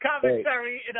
commentary